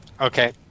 Okay